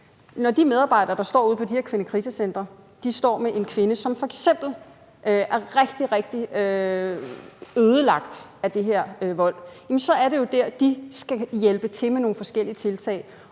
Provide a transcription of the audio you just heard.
Når de medarbejdere ude på de her kvindekrisecentre står med en kvinde, som f.eks. er rigtig, rigtig ødelagt af den her vold, så er det jo der, de skal hjælpe til med nogle forskellige tiltag.